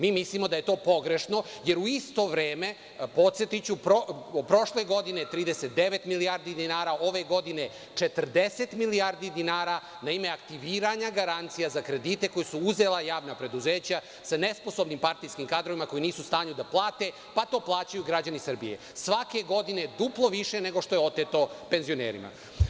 Mi mislimo da je to pogrešno, jer u isto vreme, podsetiću da, prošle godine 39 milijardi dinara, ove godine 40 milijardi dinara, na ime aktiviranja garancija za kredite koje su uzela javna preduzeća sa nesposobnim partijskim kadrovima koji nisu u stanju da plate, pa to plaćaju građani Srbije, svake godine duplo više nego što je oteto penzionerima.